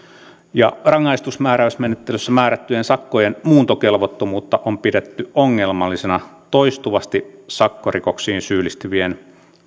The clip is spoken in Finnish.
rangaistusmääräysmenettelyssä määrättyjen sakkojen muuntokelvottomuutta on pidetty ongelmallisena toistuvasti sakkorikoksiin syyllistyvien